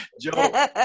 Joe